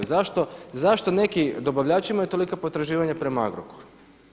Zašto neki dobavljači imaju tolika potraživanja prema Agrokoru?